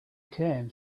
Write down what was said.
came